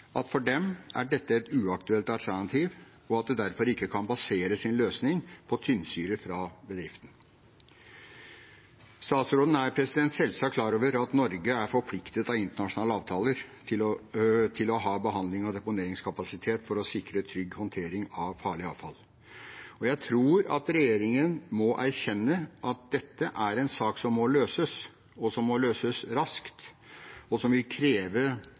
dette et uaktuelt alternativ, og at de derfor ikke kan basere sin løsning på tynnsyre fra bedriften. Statsråden er selvsagt klar over at Norge er forpliktet av internasjonale avtaler til å ha behandlings- og deponeringskapasitet for å sikre trygg håndtering av farlig avfall. Jeg tror at regjeringen må erkjenne at dette er en sak som må løses, som må løses raskt, og som vil kreve